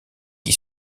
qui